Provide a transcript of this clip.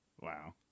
wow